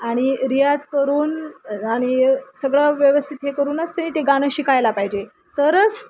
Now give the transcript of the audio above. आणि रियाज करून आणि सगळं व्यवस्थित हे करूनच त्यानी ते गाणं शिकायला पाहिजे तरच